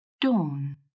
Dawn